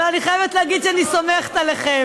אבל אני חייבת להגיד שאני סומכת עליכם.